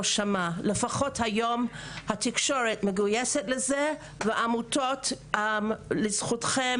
שמע לפחות היום התקשורת מגוייסת וזה ועמותות -לזכותכם,